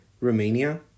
Romania